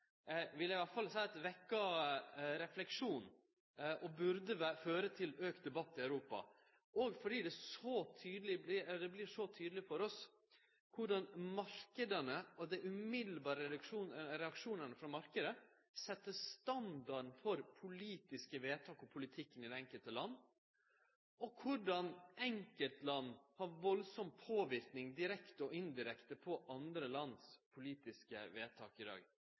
vil eg i alle fall seie vekkjer refleksjon og burde føre til auka debatt i Europa. Det vert så tydeleg for oss korleis dei umiddelbare reaksjonane frå marknaden set standarden for politiske vedtak og politikken i det enkelte land, og korleis enkeltland har stor påverknad – direkte og indirekte – på andre lands politiske vedtak i dag.